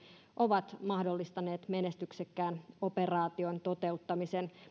ovat mahdollistaneet menestyksekkään operaation toteuttamisen mutta